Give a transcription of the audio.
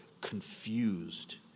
confused